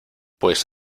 pues